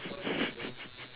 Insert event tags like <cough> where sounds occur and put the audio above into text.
<laughs>